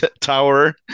tower